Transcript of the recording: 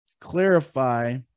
clarify